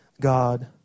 God